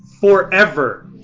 forever